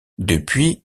depuis